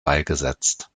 beigesetzt